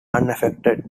unaffected